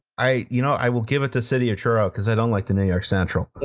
i you know i will give it to city of truro, because i don't like the new york central,